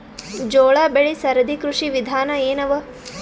ಜೋಳ ಬೆಳಿ ಸರದಿ ಕೃಷಿ ವಿಧಾನ ಎನವ?